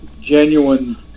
genuine